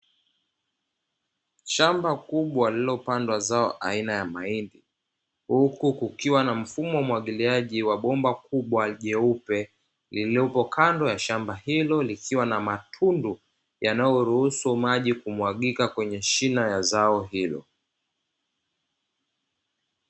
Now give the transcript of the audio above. Shamba kubwa lililopandwa zao aina ya mahindi, huku kukiwa na mfumo wa umwagiliaji wa bomba kubwa jeupe, lililopo kando ya shamba hilo, likiwa na matundu yanayoruhusu maji kumwagika kwenye shina la zao hilo.